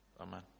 amen